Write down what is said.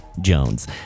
Jones